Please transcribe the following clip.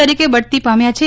તરીકે બઢતી પામ્યાં છે